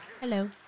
Hello